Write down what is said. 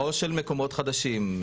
או של מקומות חדשים,